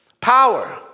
power